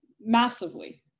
Massively